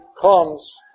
comes